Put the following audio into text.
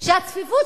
שהצפיפות